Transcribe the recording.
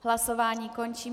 Hlasování končím.